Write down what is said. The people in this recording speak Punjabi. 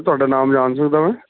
ਤੁਹਾਡਾ ਨਾਮ ਜਾਣ ਸਕਦਾ ਮੈਂ